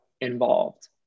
involved